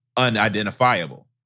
unidentifiable